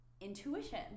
intuition